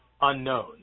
unknown